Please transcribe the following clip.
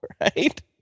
right